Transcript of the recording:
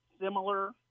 similar